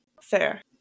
fair